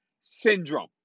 Syndrome